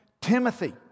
Timothy